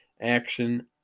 action